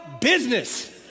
business